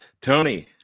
tony